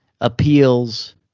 appeals